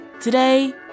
Today